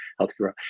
healthcare